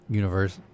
universe